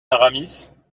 aramis